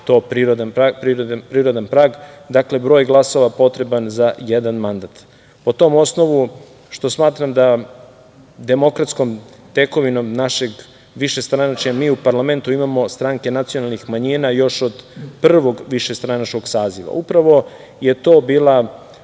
to prirodan prag, dakle, broj glasova potreban za jedan mandat. Po tom osnovu što smatram da demokratskom tekovinom našeg višestranačja mi u parlamentu imamo stranke nacionalnih manjina još od prvog višestranačkog saziva. Upravo je to bila